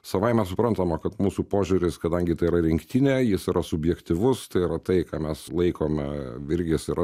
savaime suprantama kad mūsų požiūris kadangi tai yra rinktinė jis yra subjektyvus tai yra tai ką mes laikome virgis yra